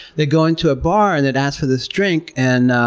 they'd go into a bar and they'd ask for this drink and